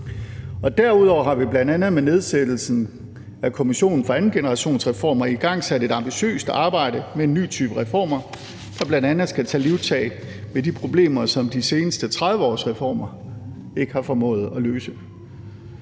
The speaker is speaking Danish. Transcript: Derudover har vi bl.a. med nedsættelsen af Kommission for 2. generationsreformer igangsat et ambitiøst arbejde med en ny type reformer for bl.a. at kunne tage livtag med de problemer, som de seneste 30 års reformer ikke har formået at løse,